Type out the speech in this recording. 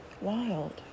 Wild